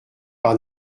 par